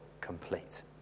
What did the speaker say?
complete